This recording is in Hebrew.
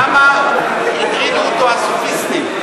למה הטרידו אותו הסופיסטים.